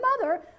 mother